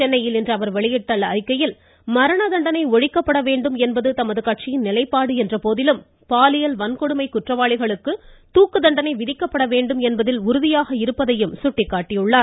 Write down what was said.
சென்னையில் இன்று அவர் வெளியிட்டுள்ள அறிக்கையில் மரண தண்டனை ஒழிக்கப்பட வேண்டும் என்பது தமது கட்சியின் நிலைப்பாடு என்ற போதிலும் பாலியல் வன்கொடுமை குற்றவாளிகளுக்கு தூக்கு தண்டனை விதிக்கப்பட வேண்டும் என்பதில் உறுதியாக இருப்பதையும் சுட்டிக்காட்டியுள்ளார்